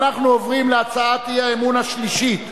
אנחנו עוברים להצעת אי-האמון השלישית,